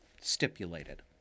stipulated